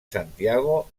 santiago